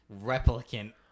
replicant